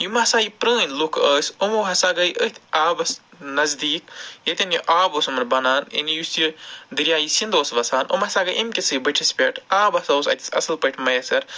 یِمہٕ ہسا پرٲنۍ لُکھ ٲسۍ یِمَو ہسا گٕے أتھٕے آبَس نزدیٖک یٔتیٚن یہِ آب اوس یِمَن بنان یعنی یُس یہِ